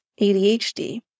ADHD